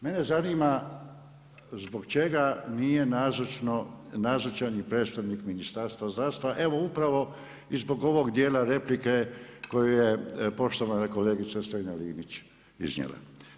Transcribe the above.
Mene zanima zbog čega nije nazočan i predstavnik Ministarstva zdravstva evo upravo i zbog ovog dijela replike koju je poštovana kolegica Strenja Linić iznijela.